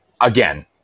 again